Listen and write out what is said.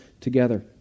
together